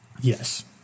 Yes